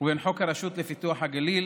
ובין חוק הרשות לפיתוח הגליל